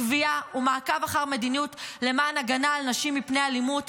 גבייה ומעקב אחר מדיניות למען הגנה על נשים מפני אלימות,